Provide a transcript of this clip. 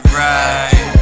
right